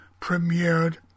premiered